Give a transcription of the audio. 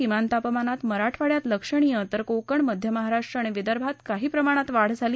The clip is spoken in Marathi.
किमान तापमानात मराठवाडयात लक्षणीय तर कोकण मध्य महाराष्ट्र आणि विदर्भात काही प्रमाणात वाढ झाली